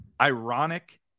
ironic